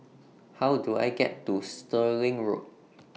How Do I get to Stirling Road